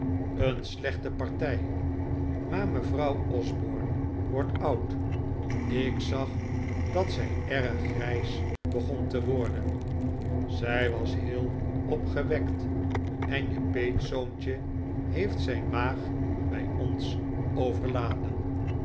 een slechte partij maar mevrouw o wordt oud ik zag dat zij erg grijs begon te worden zij was heel opgewekt en je peetzoontje heeft zijn maag bij ons overladen